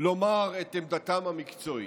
לומר את עמדתם המקצועית.